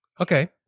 Okay